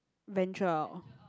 venture out